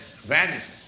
vanishes